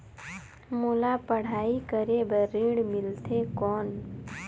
मोला पढ़ाई करे बर ऋण मिलथे कौन?